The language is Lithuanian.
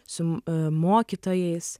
su mokytojais